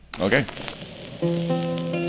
Okay